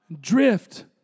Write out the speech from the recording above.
Drift